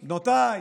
בנותיי,